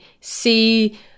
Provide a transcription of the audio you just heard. see